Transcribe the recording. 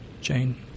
Jane